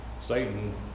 Satan